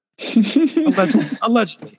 Allegedly